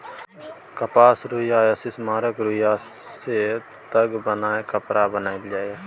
कपासक रुइया आ सिम्मरक रूइयाँ सँ ताग बनाए कपड़ा बनाएल जाइ छै